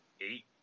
eight